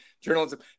Journalism